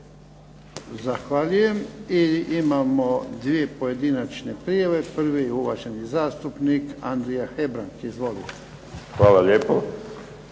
Zahvaljujem. I imamo dvije pojedinačne prijave. Prvi je uvaženi zastupnik Andrija Hebrang. Izvolite.